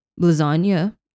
lasagna